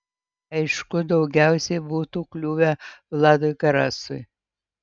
aišku daugiausiai būtų kliuvę vladui garastui